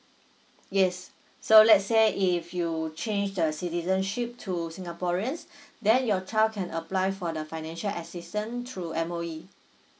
yes so let's say if you change the citizenship to singaporeans then your child can apply for the financial assistant through M_O_E